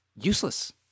useless